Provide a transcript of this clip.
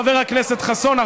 חבר הכנסת חסון.